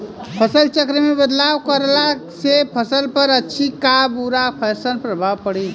फसल चक्र मे बदलाव करला से फसल पर अच्छा की बुरा कैसन प्रभाव पड़ी?